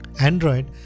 Android